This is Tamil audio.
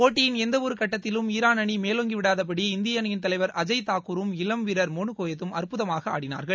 போட்டியின் எந்தவொரு கட்டத்திலும் ஈரான் அணி மேலோங்கிவிடாதபடி இந்திய அணியின் தலைவர் அஜய் தாக்கூரும் இளம் வீரர் மோனுகோயத்தும் அற்புதமாக ஆடினார்கள்